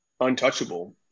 untouchable